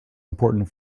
important